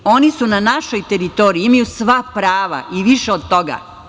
Oni su na našoj teritoriji, imaju sva prava i više od toga.